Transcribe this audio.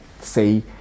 say